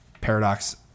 Paradox